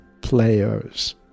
players